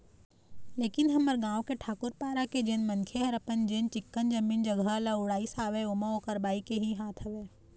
लेकिन हमर गाँव के ठाकूर पारा के जेन मनखे ह अपन जेन चिक्कन जमीन जघा ल उड़ाइस हवय ओमा ओखर बाई के ही हाथ हवय